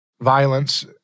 violence